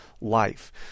life